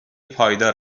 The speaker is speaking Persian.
پایدار